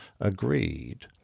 agreed